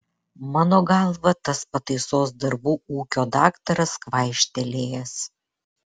mano galva tas pataisos darbų ūkio daktaras kvaištelėjęs